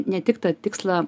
ne tik tą tikslą